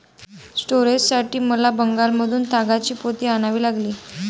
स्टोरेजसाठी मला बंगालमधून तागाची पोती आणावी लागली